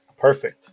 perfect